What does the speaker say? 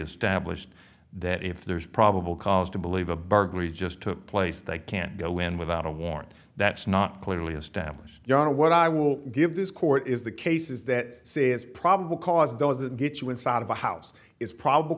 established that if there is probable cause to believe a burglary just took place they can't go in without a warrant that's not clearly established ya know what i will give this court is the cases that says probable cause doesn't get you inside of a house is probable